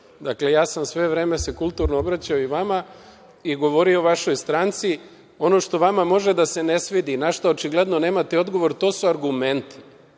Ja sam se sve vreme kulturno obraćao i vama i govorio o vašoj stranci. Ono što vama može da se ne svidi i na šta očigledno nemate odgovor, to su argumenti. Vas